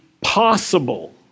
possible